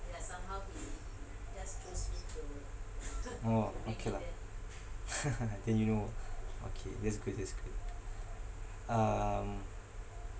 orh okay lah then you know okay that's good that's good um